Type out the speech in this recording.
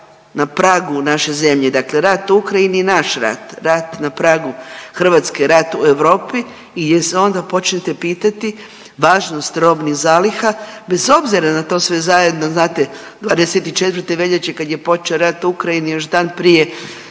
na pragu naše zemlje, dakle rat u Ukrajini je naš rat, rat na pragu Hrvatske, rat u Europi i gdje se onda počnete pitati važnost robnih zaliha bez obzira na to sve zajedno, znate 24. veljače kad je počeo rat u Ukrajini još dan prije